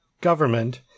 government